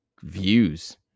views